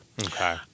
Okay